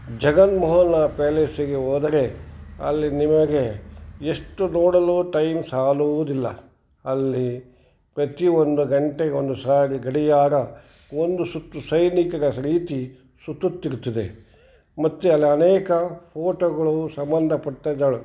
ಜಗನ್ಮೋಹನ ಪ್ಯಾಲೇಸಿಗೆ ಹೋದರೆ ಅಲ್ಲಿ ನಿಮಗೆ ಎಷ್ಟು ನೋಡಲು ಟೈಮ್ ಸಾಲುವುದಿಲ್ಲ ಅಲ್ಲಿ ಪ್ರತಿಯೊಂದು ಗಂಟೆಗೊಂದು ಸಾರಿ ಗಡಿಯಾರ ಒಂದು ಸುತ್ತು ಸೈನಿಕರ ರೀತಿ ಸುತ್ತುತ್ತಿರುತ್ತದೆ ಮತ್ತೆ ಅಲ್ಲಿ ಅನೇಕ ಓಟಗಳು ಸಂಬಂಧಪಟ್ಟಿದ್ದವು